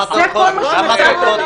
זה כל מה שהצלחתם?